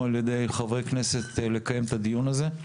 על ידי חברי כנסת כדי לקיים את הדיון הזה.